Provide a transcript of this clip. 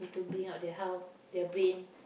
need to build up their health their brain